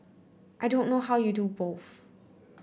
I don't know how you do both